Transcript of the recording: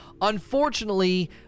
Unfortunately